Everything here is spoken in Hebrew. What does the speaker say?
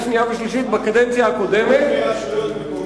שנייה ובקריאה שלישית בקדנציה הקודמת,